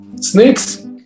Snakes